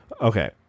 okay